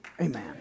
Amen